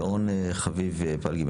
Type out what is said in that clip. שרון חביב פלגי,